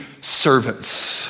servants